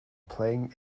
playing